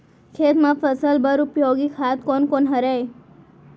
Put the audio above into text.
खेत म फसल बर उपयोगी खाद कोन कोन हरय?